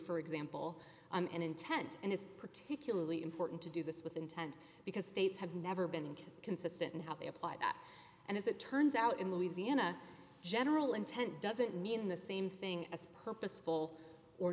for example and intent and it's particularly important to do this with intent because states have never been consistent in how they apply that and as it turns out in louisiana general intent doesn't mean the same thing as purposeful or